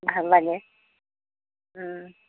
ভাল লাগে